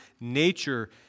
nature